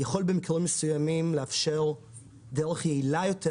יכול במקרים מסוימים לאפשר דרך יעילה יותר,